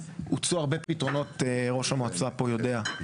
הוצעו הרבה פתרונות, ראש המועצה פה יודע.